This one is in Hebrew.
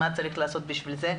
מה צריך לעשות בשביל זה,